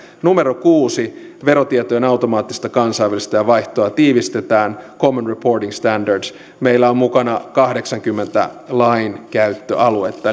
kuusi verotietojen automaattista kansainvälistä vaihtoa tiivistetään common reporting standard meillä on mukana kahdeksankymmentä lainkäyttöaluetta